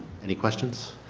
any questions?